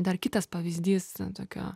dar kitas pavyzdys tokio